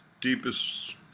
deepest